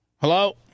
Hello